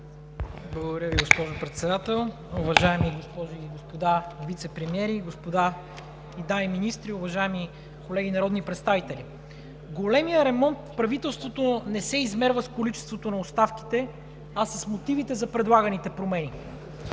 Благодаря Ви, госпожо Председател. Уважаеми господа вицепремиери, дами и господа министри, уважаеми колеги народни представители! Големият ремонт на правителството не се измерва с количеството на оставките, а с мотивите за предлаганите промени.